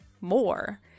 more